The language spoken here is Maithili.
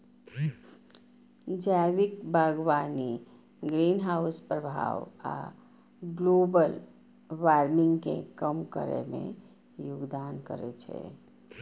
जैविक बागवानी ग्रीनहाउस प्रभाव आ ग्लोबल वार्मिंग कें कम करै मे योगदान करै छै